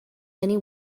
many